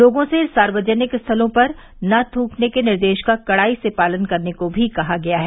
लोगों से सार्वजनिक स्थलों पर न थुकने के निर्देश का कड़ाई से पालन करने को भी कहा गया है